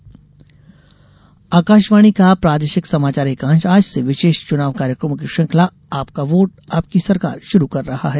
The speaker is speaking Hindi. चुनाव श्रृंखला आकाशवाणी का प्रादेशिक समाचार एकांश आज से विशेष चुनाव कार्यक्रमों की श्रंखला आपका वोट आपकी सरकार शुरू कर रहा है